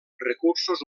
recursos